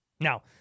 Now